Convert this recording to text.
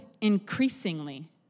increasingly